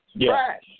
Trash